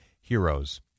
heroes